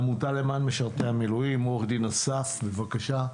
העמותה למען משרתי המילואים, עו"ד אסף, בבקשה.